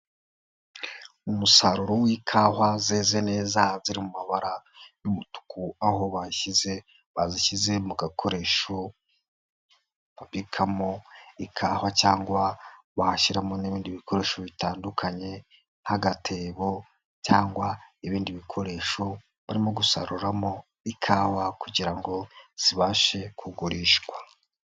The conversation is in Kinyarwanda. Umusaruro w'ikawa zeze neza ziri mu mabara y'umutuku, aho bashyize bazishyize mu gakoresho babikamo ikawa cyangwa wahashyiramo n'ibindi bikoresho bitandukanye, nk'agatebo cyangwa ibindi bikoresho barimo gusaruramo ikawa, kugira ngo zibashe kugurishwa.